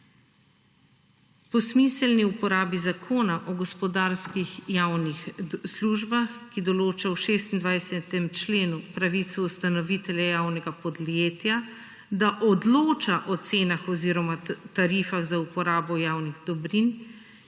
Po smiselni uporabi Zakona o gospodarskih javnih službah, ki določajo v 26. členu pravico ustanovitelja javnega podjetja, da odloča o cenah oziroma tarifah za uporabo javnih dobrin